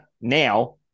now